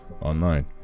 online